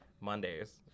Mondays